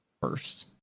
first